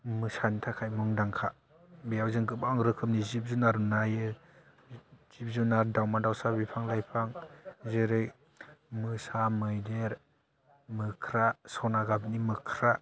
मोसानि थाखाय मुंदांखा बेयाव जों गोबां रोखोमनि जिब जुनार नुनो हायो जिब जुनार दाउमा दाउसा बिफां लाइफां जेरै मोसा मैदेर मोख्रा सना गाबनि मोख्रा